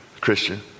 Christian